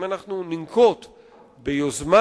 זה נכון לגבי